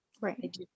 right